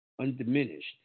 undiminished